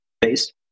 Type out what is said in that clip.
base